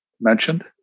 mentioned